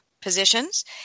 positions